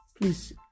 Please